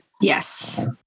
yes